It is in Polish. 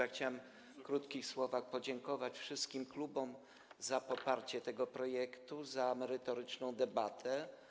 Ja chciałem w krótkich słowach podziękować wszystkim klubom za poparcie tego projektu, za merytoryczną debatę.